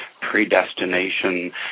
predestination